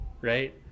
Right